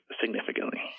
significantly